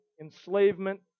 enslavement